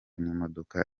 n’imodoka